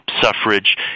suffrage